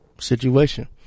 situation